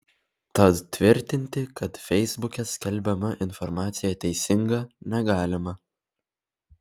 tad tvirtinti kad feisbuke skelbiama informacija teisinga negalima